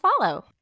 follow